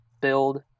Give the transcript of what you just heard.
build